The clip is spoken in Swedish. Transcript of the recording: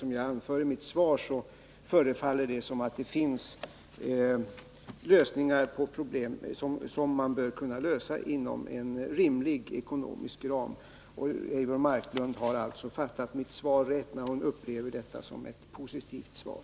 Som jag anförde i mitt svar förefaller det som om det skulle kunna finnas lösningar inom en rimlig ekonomisk ram. Eivor Marklund har alltså uppfattat mitt svar riktigt, då hon upplever det som ett positivt svar.